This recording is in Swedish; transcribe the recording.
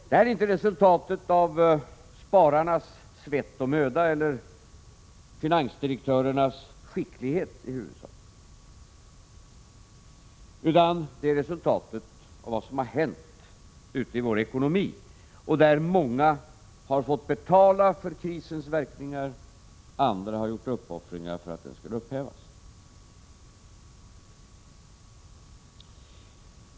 Det här är inte i huvudsak resultatet av spararnas svett och möda eller av finansdirektörernas skicklighet. Det är i stället resultatet av vad som har hänt i vår ekonomi, där många har fått betala för krisens verkningar och andra har fått göra uppoffringar för att de skulle upphävas.